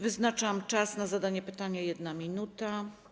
Wyznaczam czas na zadanie pytania - 1 minuta.